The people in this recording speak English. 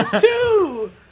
Two